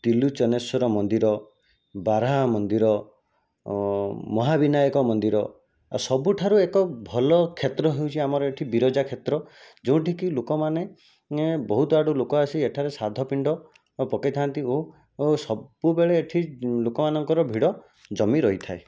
ଟିଲୁ ଚନେଶ୍ଵର ମନ୍ଦିର ବାରାହ ମନ୍ଦିର ମହାବିନାୟକ ମନ୍ଦିର ଆଉ ସବୁଠାରୁ ଏକ ଭଲ କ୍ଷେତ୍ର ହେଉଛି ଆମର ଏଠି ବିରଜା କ୍ଷେତ୍ର ଯେଉଁଠିକି ଲୋକମାନେ ବହୁତ ଆଡ଼ୁ ଲୋକ ଆସି ଏଠାରେ ଶ୍ରାଦ୍ଧ ପିଣ୍ଡ ପକାଇଥାନ୍ତି ଓ ସବୁବେଳେ ଏଠି ଲୋକମାନଙ୍କର ଭିଡ଼ ଜମି ରହିଥାଏ